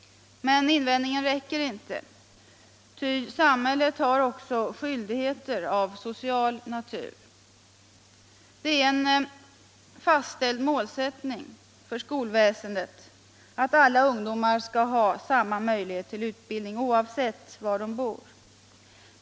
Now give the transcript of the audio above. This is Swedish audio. Men invändningen räcker inte. Ty samhället har också skyldigheter av social natur. Det är en fastställd målsättning för skolväsendet att alla ungdomar skall ha samma möjlighet till utbildning, oavsett var de bor.